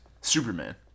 Superman